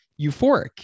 euphoric